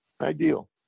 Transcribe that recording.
ideal